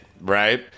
right